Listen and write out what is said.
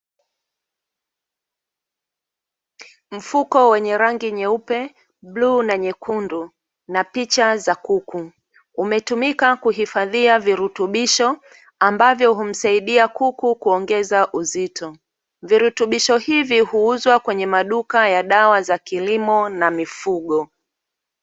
Mfuko wenye rangi nyeupe, bluu, na nyekundu na picha za kuku; umetumika kuhifadhia virutubisho ambavyo humsaidia kuku kuongeza uzito. Virutubisho hivi huuzwa kwenye maduka ya dawa za kilimo na mifugo.